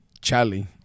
Charlie